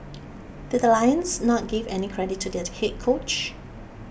did the Lions not give any credit to their head coach